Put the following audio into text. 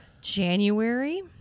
January